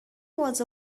was